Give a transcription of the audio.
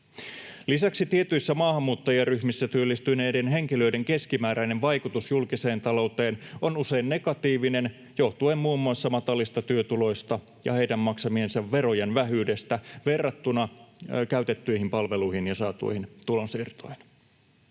Lisäksi tietyissä maahanmuuttajaryhmissä työllistyneiden henkilöiden keskimääräinen vaikutus julkiseen talouteen on usein negatiivinen, johtuen muun muassa matalista työtuloista ja heidän maksamiensa verojen vähyydestä verrattuna käytettyihin palveluihin ja saatuihin tulonsiirtoihin.